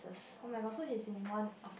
oh-my-god so he's in one of